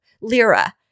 lira